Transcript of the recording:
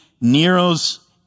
Nero's